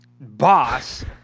boss